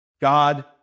God